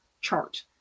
chart